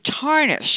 tarnish